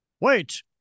Wait